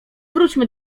wróćmy